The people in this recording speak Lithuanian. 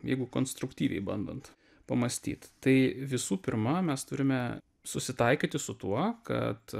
jeigu konstruktyviai bandant pamąstyt tai visų pirma mes turime susitaikyti su tuo kad